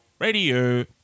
radio